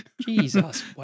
Jesus